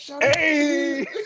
Hey